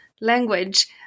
language